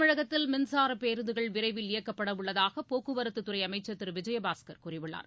தமிழகத்தில் மின்சாரப் பேருந்துகள் விரைவில் இயக்கப்பட உள்ளதாக போக்குவரத்து துறை அமைச்சர் திரு விஜய பாஸ்கர் கூறியுள்ளார்